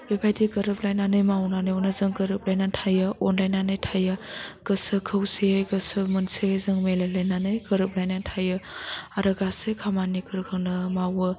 बेबायदि गोरोबलायनानै मावनांनायावनो जों गोरोबलायनानै थायो अनलायनानै थायो गोसो खौसेयै गोसो मोनसेयै जों मिलाइलायनानै गोरोबलायनानै थायो आरो गासै खामानिफोरखौनो मावो